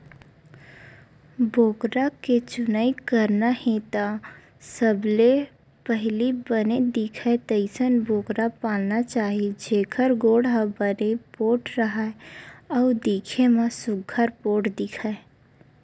बोकरा के चुनई करना हे त सबले पहिली बने दिखय तइसन बोकरा पालना चाही जेखर गोड़ ह बने पोठ राहय अउ दिखे म सुग्घर पोठ दिखय